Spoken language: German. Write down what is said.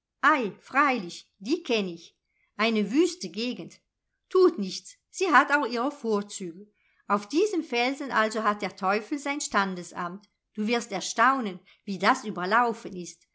freilich die kenn ich eine wüste gegend tut nichts sie hat auch ihre vorzüge auf diesem felsen also hat der teufel sein standesamt du wirst erstaunen wie das überlaufen ist